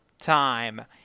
time